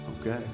Okay